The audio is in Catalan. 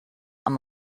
amb